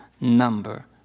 number